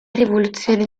rivoluzione